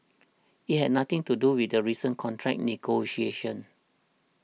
it had nothing to do with the recent contract negotiations